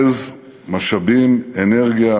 לבזבז משאבים, אנרגיה,